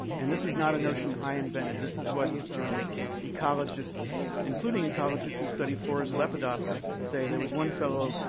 and this is not a notion i invented. this is what ecologists, including ecologists who study forest lepidoptera say. there was one fellow,